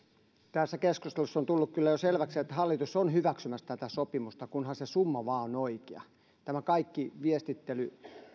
tässä keskustelussa on tullut kyllä jo selväksi että hallitus on hyväksymässä tätä sopimusta kunhan se summa vain on oikea se tästä kaikesta viestittelystä